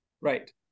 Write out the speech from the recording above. right